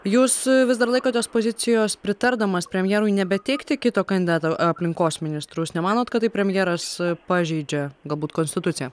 jūs vis dar laikotės pozicijos pritardamas premjerui nebeteikti kito kandidato aplinkos ministrus nemanot kad taip premjeras pažeidžia galbūt konstituciją